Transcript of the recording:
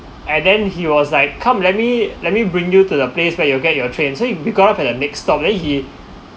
and then he was like come let me let me bring you to the place where you'll get your train so he we got off at the next stop then he